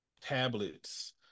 tablets